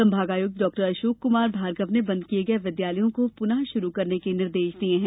संभागायुक्त डॉक्टर अशोक क्मार भार्गव ने बंद किये विद्यालयों को पुनः शुरू करने के निर्देश दिये हैं